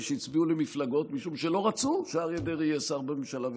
שהצביעו למפלגות משום שלא רצו שאריה דרעי יהיה שר בממשלה,